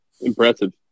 impressive